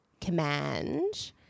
command